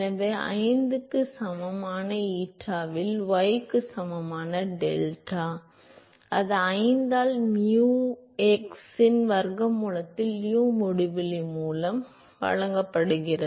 எனவே 5 க்கு சமமான ஈட்டாவில் y க்கு சமமான டெல்டா அது 5 ஆல் nu x இன் வர்க்க மூலத்தில் u முடிவிலி மூலம் வழங்கப்படுகிறது